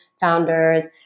founders